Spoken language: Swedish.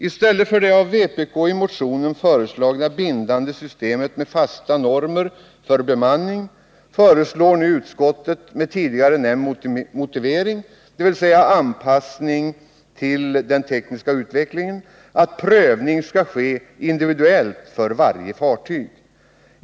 I stället för det av vpk i motionen föreslagna bindande systemet med fasta normer för bemanning föreslår nu utskottet med tidigare nämnd motivering, dvs. anpassning till den tekniska utvecklingen, att prövning skall ske individuellt för varje fartyg.